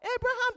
Abraham